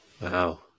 Wow